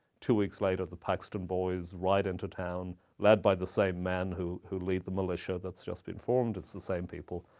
two weeks later, the paxton boys ride into town led by the same man who who led the militia that's just been formed. it's the same people.